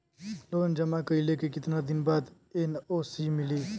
Loan जमा कइले के कितना दिन बाद एन.ओ.सी मिली?